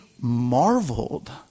marveled